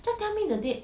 just tell me the date